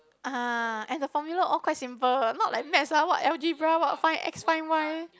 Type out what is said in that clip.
ah and the formula all quite simple not like maths what algebra what find X find Y